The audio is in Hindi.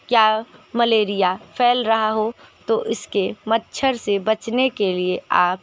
क्या मलेरिया फैल रहा हो तो इसके मच्छर से बचने के लिए आप